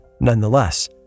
nonetheless